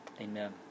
Amen